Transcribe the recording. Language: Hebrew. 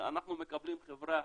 אנחנו מקבלים חברה